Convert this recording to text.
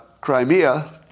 Crimea